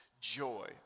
joy